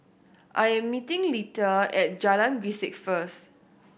I'm meeting Letha at Jalan Grisek first